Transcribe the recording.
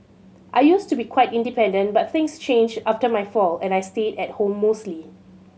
I used to be quite independent but things changed after my fall and I stayed at home mostly